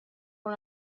con